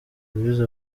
loise